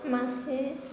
मासे